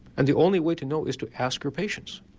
and the only way to know is to ask your patients.